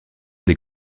des